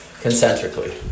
concentrically